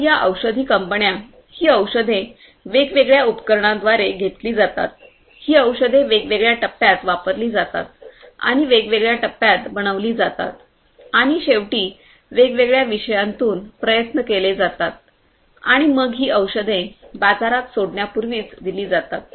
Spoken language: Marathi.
तर या औषधी कंपन्याही औषधे वेगवेगळ्या उपकरणांद्वारे घेतली जातात ही औषधे वेगवेगळ्या टप्प्यात वापरली जातात आणि वेगवेगळ्या टप्प्यात बनविली जातात आणि शेवटी वेगवेगळ्या विषयांतून प्रयत्न केले जातात आणि मग ही औषधे बाजारात सोडण्यापूर्वीच दिली जातात